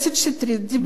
אם אפשר לסיים,